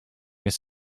jest